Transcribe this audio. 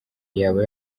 yaba